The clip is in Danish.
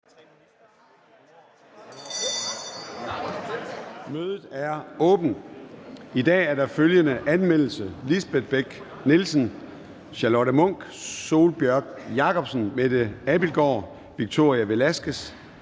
Mødet er åbnet. I dag er der følgende anmeldelse: Lisbeth Bech-Nielsen (SF), Charlotte Munch (DD), Sólbjørg Jakobsen (LA), Mette Abildgaard (KF), Victoria Velasquez